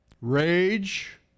rage